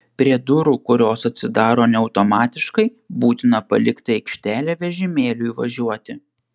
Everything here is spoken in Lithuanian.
prie durų kurios atsidaro ne automatiškai būtina palikti aikštelę vežimėliui važiuoti